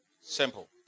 Simple